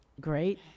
great